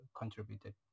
contributed